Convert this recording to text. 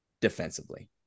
defensively